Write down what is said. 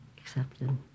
accepted